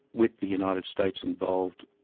with the united states involved,